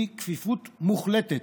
היא כפיפות מוחלטת.